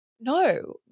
no